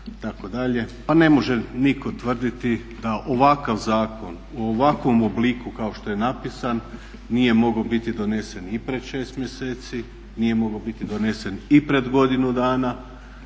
Pa ne može nitko tvrditi da ovakav zakon u ovakvom obliku kao što je napisan nije mogao biti donesen i pred 6 mjeseci, nije mogao biti donesen i pred godinu dana,